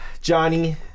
Johnny